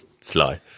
sly